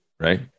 Right